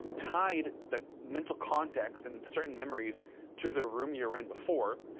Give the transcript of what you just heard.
tied that mental context and certain memories to the room you're in before,